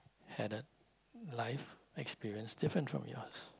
had a life experience different from yours